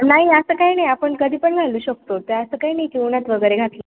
नाही असं काई नाही आपण कधी पण घालू शकतो ते असं काही नाही कि उन्हात वगैरे घातलं